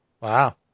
Wow